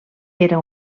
era